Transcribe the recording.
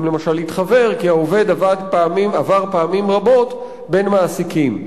אם למשל התחוור כי העובד עבר פעמים רבות בין מעסיקים.